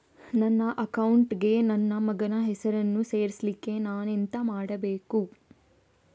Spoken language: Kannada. ನನ್ನ ಅಕೌಂಟ್ ಗೆ ನನ್ನ ಮಗನ ಹೆಸರನ್ನು ಸೇರಿಸ್ಲಿಕ್ಕೆ ನಾನೆಂತ ಮಾಡಬೇಕು?